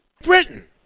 Britain